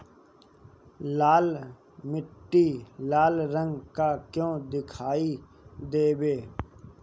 लाल मीट्टी लाल रंग का क्यो दीखाई देबे?